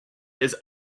his